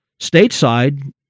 stateside